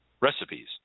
recipes